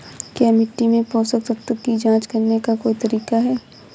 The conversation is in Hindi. क्या मिट्टी से पोषक तत्व की जांच करने का कोई तरीका है?